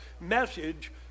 message